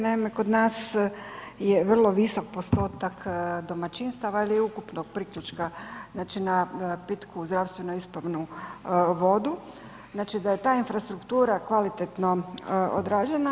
Naime, kod nas je vrlo visok postotak domaćinstava ili ukupnog priključka na pitku zdravstveno ispravnu vodu, znači da je ta infrastruktura kvalitetno odrađena.